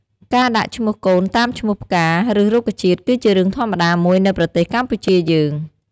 ការដាក់ឈ្មោះកូនតាមឈ្មោះផ្កា ឬរុក្ខជាតិ គឺជារឿងធម្មតាមួយនៅប្រទេសកម្ពុជាយើង។